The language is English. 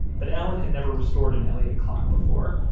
but allen had never restored an elliott clock before,